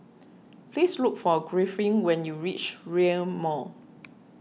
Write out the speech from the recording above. please look for Griffin when you reach Rail Mall